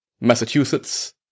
Massachusetts